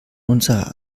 unserer